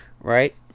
right